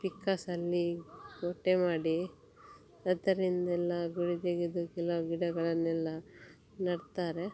ಪಿಕಾಸಲ್ಲಿ ಒಟ್ಟೆ ಮಾಡಿ ಅದರಿಂದೆಲ್ಲ ಗುಂಡಿ ತೆಗೆದು ಕೆಲವು ಗಿಡಗಳನ್ನೆಲ್ಲ ನೆಡ್ತಾರೆ